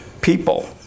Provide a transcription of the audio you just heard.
people